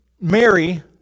Mary